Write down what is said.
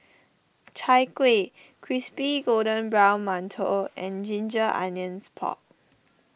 Chai Kueh Crispy Golden Brown Mantou and Ginger Onions Pork